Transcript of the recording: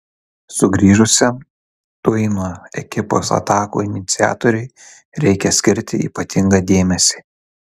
sugrįžusiam tuino ekipos atakų iniciatoriui reikia skirti ypatingą dėmesį